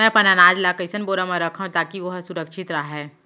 मैं अपन अनाज ला कइसन बोरा म रखव ताकी ओहा सुरक्षित राहय?